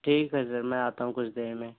ٹھیک ہے سر میں آتا ہوں کچھ دیر میں